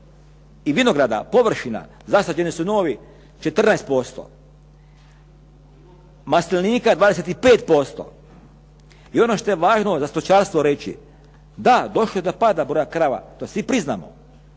i vinograda, površina, zasađeni su novi 14%, maslenika 25%. I ono što je važno za stočarstvo reći, da došlo je do pada broja krava, to svi priznamo,